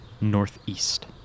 northeast